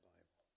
Bible